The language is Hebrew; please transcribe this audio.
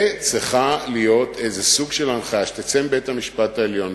צריכה להיות איזה סוג של הנחיה שתצא מבית-המשפט העליון,